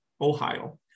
Ohio